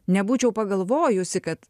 nebūčiau pagalvojusi kad